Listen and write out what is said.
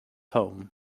home